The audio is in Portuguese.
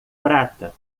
prata